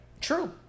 True